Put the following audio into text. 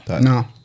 No